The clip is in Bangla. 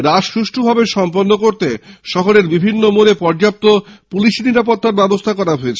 রাস সুষ্ঠুভাবে সম্পন্ন করতে শহরের বিভিন্ন মোরে পর্যাপ্ত পুলিশি নিরাপত্তা ব্যবস্থা করা হয়েছে